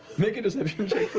make a deception check,